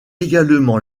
également